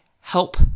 help